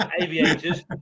aviators